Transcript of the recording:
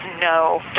no